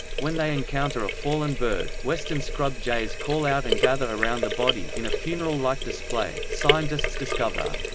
when they encounter a fallen bird, western scrub jays call out and gather around the body in a funeral-like display, scientists discover.